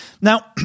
Now